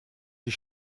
die